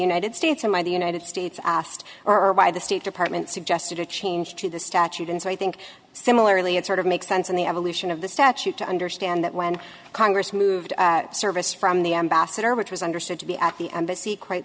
united states and by the united states asked or by the state department suggested a change to the statute and so i think similarly it sort of makes sense in the evolution of the statute to understand that when congress moved service from the ambassador which was understood to be at the embassy quite